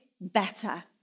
better